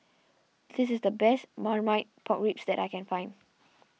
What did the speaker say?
this is the best Marmite Pork Ribs that I can find